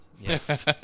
Yes